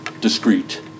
discreet